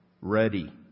ready